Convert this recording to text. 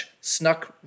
snuck